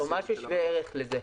או משהו שווה ערך לזה.